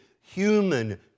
human